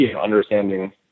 Understanding